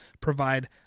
provide